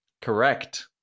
Correct